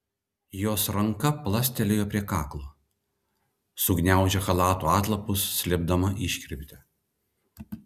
jos ranka plastelėjo prie kaklo sugniaužė chalato atlapus slėpdama iškirptę